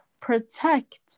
protect